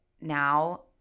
now